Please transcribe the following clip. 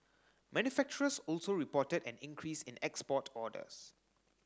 manufacturers also reported an increase in export orders